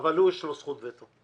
אבל יש לו זכות וטו.